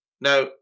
Now